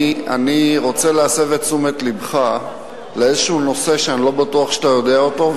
אני רוצה להסב את תשומת לבך לאיזה נושא שאני לא בטוח שאתה יודע אותו,